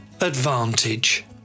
advantage